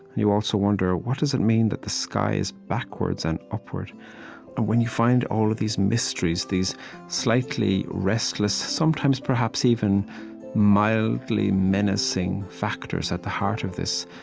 you also wonder, what does it mean that the sky is backwards and upward? and when you find all of these mysteries, these slightly restless, sometimes, perhaps, even mildly menacing factors at the heart of this,